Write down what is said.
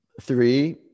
three